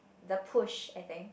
the push I think